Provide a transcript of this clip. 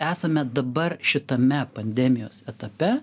esame dabar šitame pandemijos etape